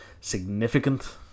significant